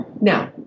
Now